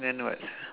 then what